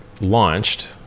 launched